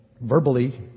verbally